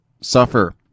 suffer